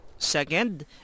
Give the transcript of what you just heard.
Second